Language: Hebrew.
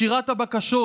שירת הבקשות,